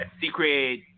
secret